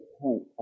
point